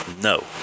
No